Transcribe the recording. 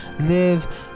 live